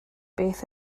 beth